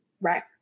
Right